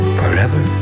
forever